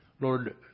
Lord